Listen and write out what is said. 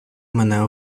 мене